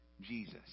Jesus